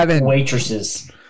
waitresses